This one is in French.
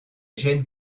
gènes